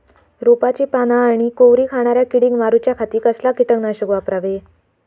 रोपाची पाना आनी कोवरी खाणाऱ्या किडीक मारूच्या खाती कसला किटकनाशक वापरावे?